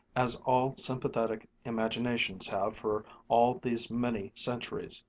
as all sympathetic imaginations have for all these many centuries.